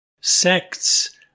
sects